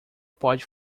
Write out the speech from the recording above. pode